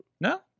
No